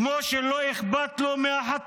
כמו שלא אכפת לו מהחטופים,